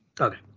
Okay